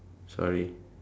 sorry